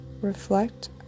reflect